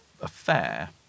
affair